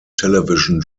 television